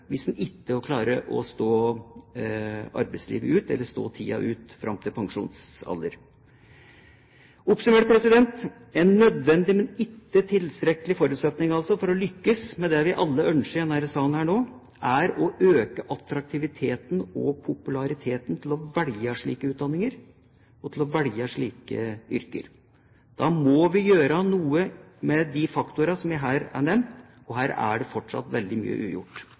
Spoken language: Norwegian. hvis en ikke klarer å stå tiden ut fram til pensjonsalder. Oppsummert: En nødvendig, men ikke tilstrekkelig forutsetning for å lykkes med det vi alle i denne salen nå ønsker, er å gjøre det mer attraktivt og populært å velge slike utdanninger og yrker. Da må vi gjøre noe med de faktorene som jeg har nevnt her, og her er det fortsatt veldig mye ugjort.